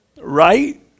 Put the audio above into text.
right